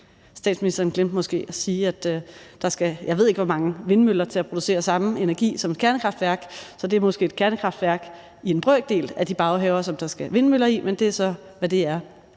Statsministeren glemte måske at sige, at der skal, jeg ved ikke hvor mange vindmøller til at producere samme mængde energi som et kernekraftværk, så det er måske et kernekraftværk i en brøkdel af de baghaver, som der skal vindmøller i, men det er så, hvad det er.